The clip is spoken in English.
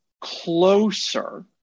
closer